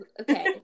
okay